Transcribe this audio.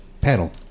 panel